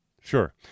Sure